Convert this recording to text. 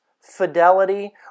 fidelity